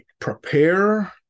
prepare